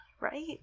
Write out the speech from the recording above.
right